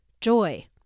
Joy